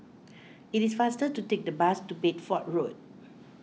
it is faster to take the bus to Bedford Road